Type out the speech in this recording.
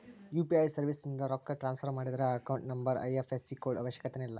UPI ಸರ್ವಿಸ್ಯಿಂದ ರೊಕ್ಕ transfer ಮಾಡಿದ್ರ ಅಕೌಂಟ್ ನಂಬರ್ ಐ.ಎಫ್.ಎಸ್.ಸಿ ಕೋಡ್ ಅವಶ್ಯಕತೆನ ಇಲ್ಲ